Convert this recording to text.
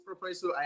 Professor